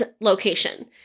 location